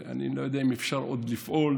אני לא יודע אם אפשר עוד לפעול,